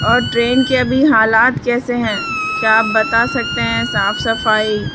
اور ٹرین کے ابھی حالات کیسے ہیں کیا آپ بتا سکتے ہیں صاف صفائی